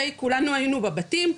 כולנו היינו בבתים,